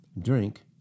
drink